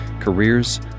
careers